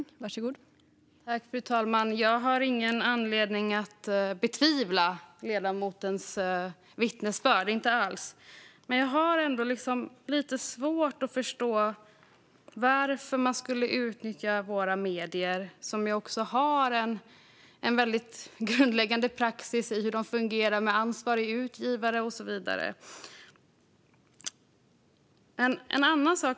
Fru talman! Jag har ingen anledning att betvivla ledamotens vittnesbörd, inte alls. Men jag har ändå lite svårt att förstå varför man skulle utnyttja våra medier, som har en grundläggande praxis för hur de fungerar, med ansvarig utgivare och så vidare.